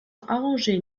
arrangé